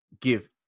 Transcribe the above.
give